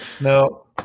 no